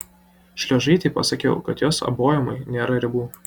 šliuožaitei pasakiau kad jos abuojumui nėra ribų